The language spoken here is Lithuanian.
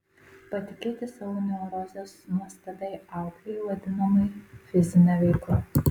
patikėti savo neurozes nuostabiai auklei vadinamai fizine veikla